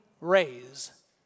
raise